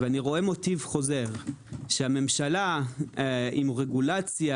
ואני רואה מוטיב חוזר: שהממשלה עם רגולציה